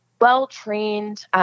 well-trained